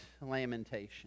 lamentation